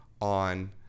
on